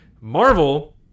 Marvel